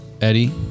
Eddie